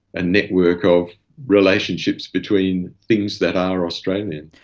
a network of relationships between things that are australian.